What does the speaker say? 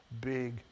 big